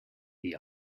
the